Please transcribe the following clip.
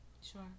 sure